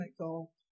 goal